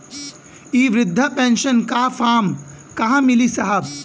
इ बृधा पेनसन का फर्म कहाँ मिली साहब?